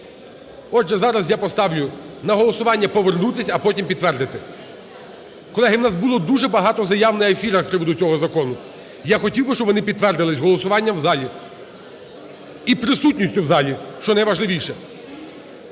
Отже, зараз я поставлю на голосування повернутись, а потім підтвердити. Колеги, в нас було дуже багато заяв на ефірах з приводу цього закону, і я хотів би, щоб вони підтвердились голосуванням в залі і присутністю в залі, що найважливіше.